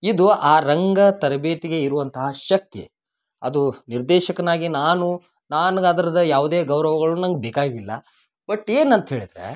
ಇದು ಆ ರಂಗ ತರಬೇತಿಗೆ ಇರುವಂತಹ ಶಕ್ತಿ ಅದು ನಿರ್ದೇಶಕನಾಗಿ ನಾನು ನನ್ಗೆ ಅದ್ರದ್ದು ಯಾವುದೇ ಗೌರವಗಳು ನಂಗೆ ಬೇಕಾಗಿಲ್ಲ ಬಟ್ ಏನಂತ ಹೇಳಿದರೆ